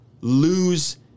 lose